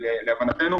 להבנתנו,